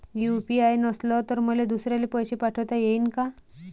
UPI नसल तर मले दुसऱ्याले पैसे पाठोता येईन का?